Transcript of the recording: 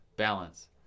balance